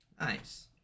Nice